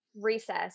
recess